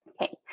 Okay